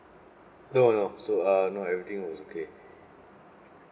no no so uh no everything was okay